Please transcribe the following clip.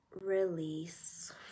release